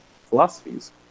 philosophies